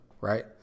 right